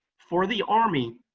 for the army,